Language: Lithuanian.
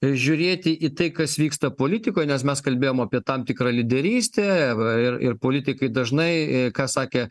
žiūrėti į tai kas vyksta politikoj nes mes kalbėjom apie tam tikrą lyderystę a ir ir politikai dažnai ką sakė